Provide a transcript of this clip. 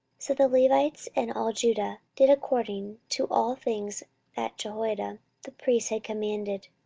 so the levites and all judah did according to all things that jehoiada the priest had commanded,